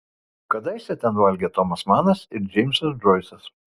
kadaise ten valgė tomas manas ir džeimsas džoisas